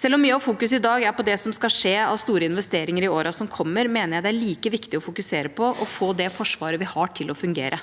Selv om mye av fokus i dag er på det som skal skje av store investeringer i årene som kommer, mener jeg det er like viktig å fokusere på å få det Forsvaret vi har, til å fungere.